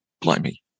blimey